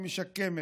היא משקמת.